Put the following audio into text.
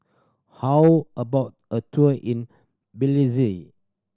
how about a tour in Belize